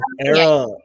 era